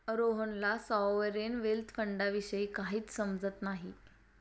रोहनला sovereign wealth फंडाविषयी काहीच समजत नाही